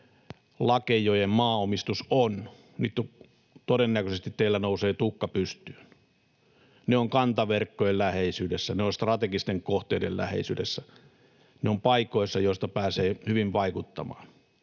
lakeijojen maanomistusta on, niin todennäköisesti teillä nousee tukka pystyyn. Ne ovat kantaverkkojen läheisyydessä, ne ovat strategisten kohteiden läheisyydessä, ne ovat paikoissa, joista pääsee hyvin vaikuttamaan.